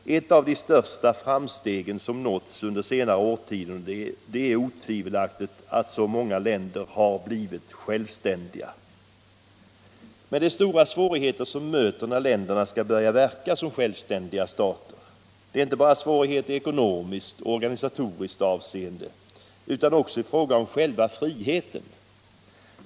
Ett av de största framstegen som nåtts under senare årtionden är otvivelaktigt att så många länder har blivit självständiga. Men det är stora svårigheter som möter när länderna skall börja verka som självständiga stater. Det är inte bara svårigheter i ekonomiskt och organisatorisk avseende utan också i fråga om själva friheten.